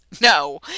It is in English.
no